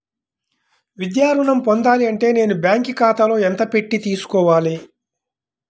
విద్యా ఋణం పొందాలి అంటే నేను బ్యాంకు ఖాతాలో ఎంత పెట్టి తీసుకోవాలి?